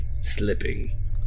slipping